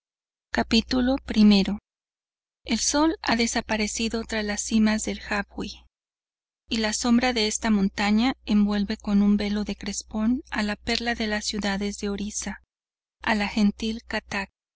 adolfo bécquer el sol ha desaparecido tras las cimas del habwi y la sombra de esta montaña envuelve con un velo de crespón a la perla de las ciudades de orisa a